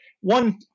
one